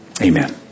amen